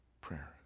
prayer